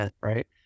right